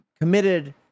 committed